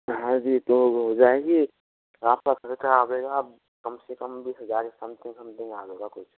हाँ जी तो हो जाएगी आपका खर्चा आएगा कम से कम बीस हजार के समथिंग समथिंग आएगा कुछ